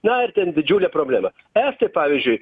na ten didžiulė problema estai pavyzdžiui